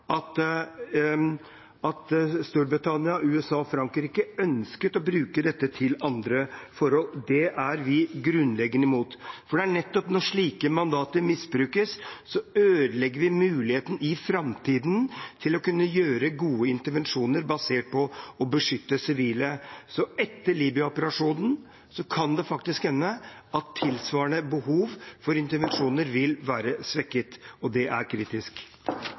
vinteren/våren at Storbritannia, USA og Frankrike ønsket å bruke dette til andre forhold. Det er vi grunnleggende imot, for det er nettopp når slike mandater misbrukes, at vi ødelegger muligheten i framtiden til å kunne utføre gode intervensjoner, basert på å beskytte sivile. Etter Libya-operasjonen kan det faktisk hende at tilsvarende behov for intervensjoner vil være svekket – og det er kritisk.